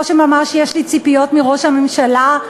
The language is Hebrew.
לא שממש יש לי ציפיות מראש הממשלה,